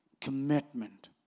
commitment